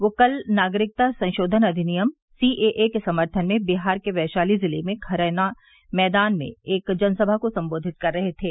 वे कल नागरिकता संशोधन अधिनियम सीएए के समर्थन में बिहार के वैशाली जिले में खरौना मैदान में जनसभा को संबोधित कर रहे थे